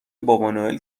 بابانوئل